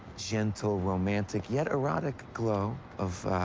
gentle, romantic yet erotic glow of,